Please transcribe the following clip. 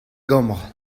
gambr